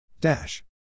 Dash